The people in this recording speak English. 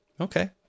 Okay